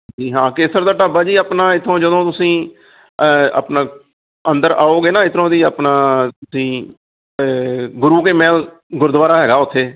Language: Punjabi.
ਜੀ ਹਾਂ ਕੇਸਰ ਦਾ ਢਾਬਾ ਜੀ ਆਪਣਾ ਇੱਥੋਂ ਜਦੋਂ ਤੁਸੀਂ ਆਪਣਾ ਅੰਦਰ ਆਓਗੇ ਨਾ ਇੱਧਰੋਂ ਦੀ ਆਪਣਾ ਤੁਸੀਂ ਗੁਰੂ ਕੇ ਮਹਿਲ ਗੁਰਦੁਆਰਾ ਹੈਗਾ ਉੱਥੇ